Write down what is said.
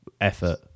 effort